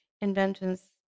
inventions